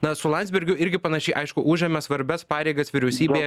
na su landsbergiu irgi panašiai aišku užėmė svarbias pareigas vyriausybėje